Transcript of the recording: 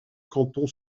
cantons